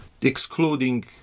excluding